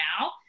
now